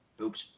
Oops